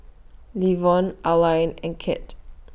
Levon Alline and Kirt